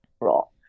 role